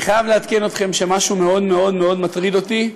אני חייב לעדכן אתכם שמשהו מאוד מאוד מאוד מטריד אותי מאמש,